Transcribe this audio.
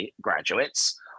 Graduates